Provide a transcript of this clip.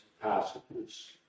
passages